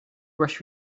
brush